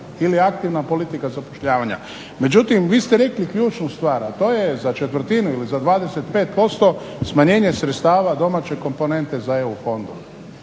ili aktivna politika zapošljavanja. Međutim, vi ste rekli ključnu stvar, a to je za četvrtinu ili za 25% smanjenje sredstava domaće komponente za EU fondove.